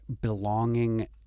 belonging